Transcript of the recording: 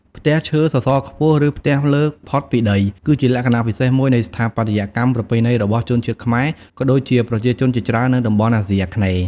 ផ្ទះឈើសសរខ្ពស់ ឬផ្ទះលើកផុតពីដី គឺជាលក្ខណៈពិសេសមួយនៃស្ថាបត្យកម្មប្រពៃណីរបស់ជនជាតិខ្មែរ ក៏ដូចជាប្រជាជនជាច្រើននៅតំបន់អាស៊ីអាគ្នេយ៍ ។